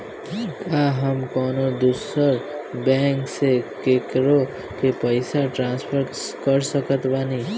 का हम कउनों दूसर बैंक से केकरों के पइसा ट्रांसफर कर सकत बानी?